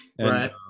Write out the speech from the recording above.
Right